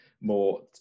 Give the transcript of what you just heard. more